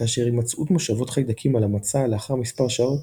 כאשר הימצאות מושבות חיידקים על המצע לאחר מספר שעות